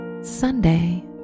Sunday